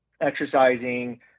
exercising